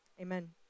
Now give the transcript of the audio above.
Amen